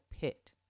pit